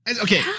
Okay